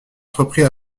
entrepris